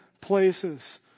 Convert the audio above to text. places